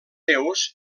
déus